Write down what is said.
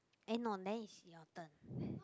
eh no then it's your turn